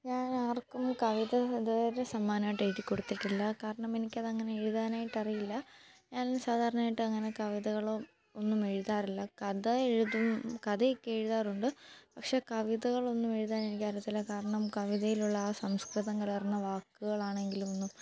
ഞാൻ ആർക്കും കവിത ഇതുവരെ സമ്മാനമായിട്ട് എഴുതിക്കൊടുത്തിട്ടില്ല കാരണം എനിക്കതങ്ങനെ എഴുതാനായിട്ട് അറിയില്ല ഞാൻ സാധാരണആയിട്ട് അങ്ങനെ കവിതകളോ ഒന്നും എഴുതാറില്ല കഥയെഴുതും കഥയൊക്കെ എഴുതാറുണ്ട് പക്ഷെ കവിതകളൊന്നും എഴുതാൻ എനിക്ക് അറിയത്തില്ല കാരണം കവിതയിലുള്ള ആ സംസ്കൃതം കലർന്ന വാക്കുകളാണെങ്കിലും ഒന്നും